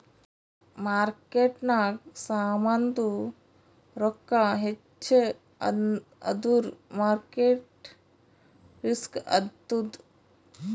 ಮಾರ್ಕೆಟ್ನಾಗ್ ಸಾಮಾಂದು ರೊಕ್ಕಾ ಹೆಚ್ಚ ಆದುರ್ ಮಾರ್ಕೇಟ್ ರಿಸ್ಕ್ ಆತ್ತುದ್